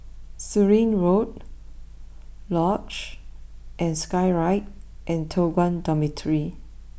Surin Road Luge and Skyride and Toh Guan Dormitory